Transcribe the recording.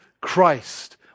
Christ